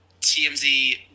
tmz